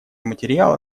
материала